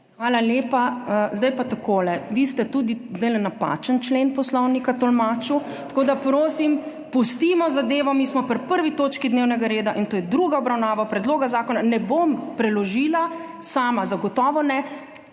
Hvala lepa. Zdaj pa takole, vi ste tudi zdajle napačen člen poslovnika tolmačil, tako da prosim pustimo zadevo. Mi smo pri 1. točki dnevnega reda in to je druga obravnava predloga zakona. Ne bom preložila sama zagotovo ne,